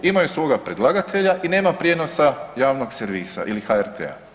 Imaju svoga predlagatelja i nema prijenosa javnog servisa ili HRT-a.